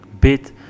bit